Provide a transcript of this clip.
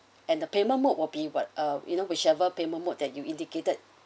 and the payment mode will be what ah you know whichever payment mode that you indicated